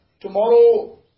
tomorrow